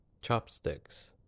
Chopsticks